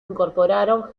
incorporaron